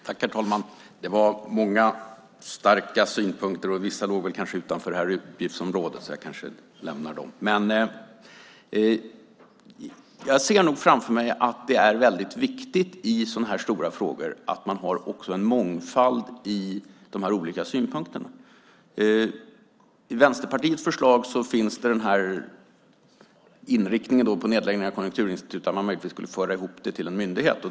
Herr talman! Det var många starka synpunkter. Vissa låg utanför utgiftsområdet, så de lämnar jag därhän. Jag ser framför mig att det är viktigt i sådana här stora frågor att man har en mångfald också i de olika synpunkterna. Vänsterpartiet föreslår att man ska lägga ned Konjunkturinstitutet och föra ihop det till en myndighet.